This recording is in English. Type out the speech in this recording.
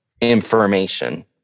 information